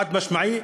חד-משמעי,